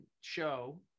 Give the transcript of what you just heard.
show